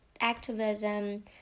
activism